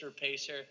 Pacer